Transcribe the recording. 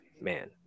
man